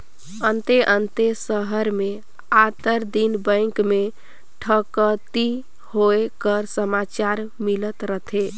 अन्ते अन्ते सहर में आंतर दिन बेंक में ठकइती होए कर समाचार मिलत रहथे